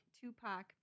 Tupac